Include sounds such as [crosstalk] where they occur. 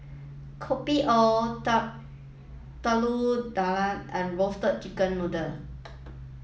Kopi O [unintelligible] Telur Dadah and Roasted Chicken Noodle